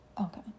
Okay